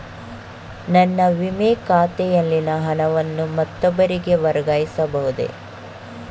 ನನ್ನ ವಿಮೆ ಖಾತೆಯಲ್ಲಿನ ಹಣವನ್ನು ಮತ್ತೊಬ್ಬರಿಗೆ ವರ್ಗಾಯಿಸ ಬಹುದೇ?